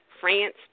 France